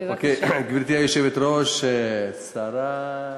גברתי היושבת-ראש, השרה?